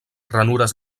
ranures